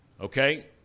okay